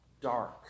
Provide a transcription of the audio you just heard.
dark